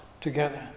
together